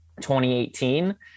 2018